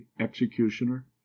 executioner